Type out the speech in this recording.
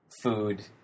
food